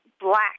black